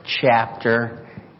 chapter